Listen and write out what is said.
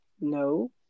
No